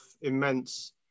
immense